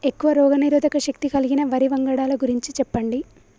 ఎక్కువ రోగనిరోధక శక్తి కలిగిన వరి వంగడాల గురించి చెప్పండి?